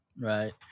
Right